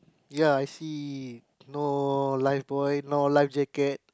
ya I see no life buoy no life jacket